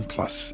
Plus